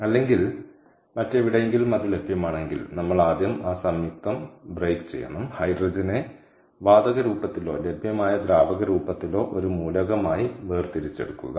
അല്ലെങ്കിൽ മറ്റെവിടെയെങ്കിലും അത് ലഭ്യമാണെങ്കിൽ നമ്മൾ ആദ്യം ആ സംയുക്തം തകർക്കണം ഹൈഡ്രജനെ വാതക രൂപത്തിലോ ലഭ്യമായ ദ്രാവക രൂപത്തിലോ ഒരു മൂലകമായി വേർതിരിച്ചെടുക്കുക